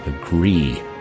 agree